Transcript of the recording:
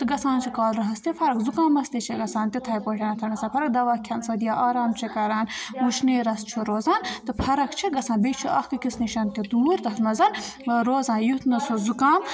تہٕ گَژھان چھِ کالرہَس تہِ فرق زُکامَس تہِ چھِ گَژھان تِتھَے پٲٹھۍ سا فَرَکھ دَوا کھٮ۪ن سۭتۍ یا آرام چھِ کَران وُشنیرَس چھُ روزان تہٕ فرق چھِ گَژھان بیٚیہِ چھُ اَکھ أکِس نِش تہِ دوٗر تَتھ منٛز روزان یُتھ نہٕ سُہ زُکام